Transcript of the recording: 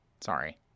sorry